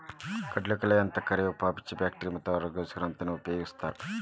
ಕಡಲಕಳೆ ಅಂತ ಕರಿಯೋ ಪಾಚಿ ಫ್ಯಾಕ್ಟರಿ ಮತ್ತ ಆಹಾರಕ್ಕೋಸ್ಕರ ಅಂತಾನೂ ಉಪಯೊಗಸ್ತಾರ